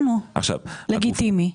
לגיטימי.